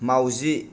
माउजि